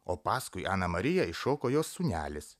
o paskui aną mariją iššoko jos sūnelis